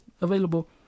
Available